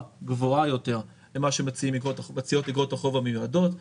גבוהה יותר ממה שמציעות איגרות החוב המיועדות,